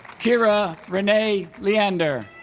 kira renee leander